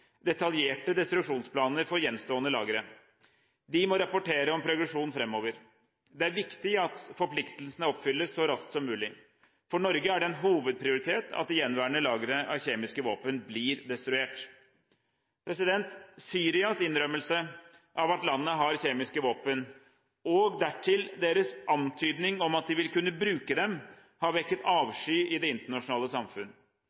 detaljerte destruksjonsplaner for gjenstående lagre. De må rapportere om progresjonen framover. Det er viktig at forpliktelsene oppfylles så raskt som mulig. For Norge er det en hovedprioritet at gjenværende lagre av kjemiske våpen blir destruert. Syrias innrømmelse av at landet har kjemiske våpen, og dertil deres antydning om at de vil kunne bruke dem, har vekket avsky i det internasjonale samfunn.